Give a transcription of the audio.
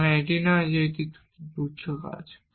তার মানে এই নয় যে এটি একটি তুচ্ছ কাজ